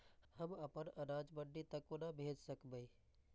हम अपन अनाज मंडी तक कोना भेज सकबै?